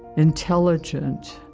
intelligent,